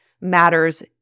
matters